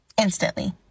instantly